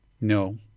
No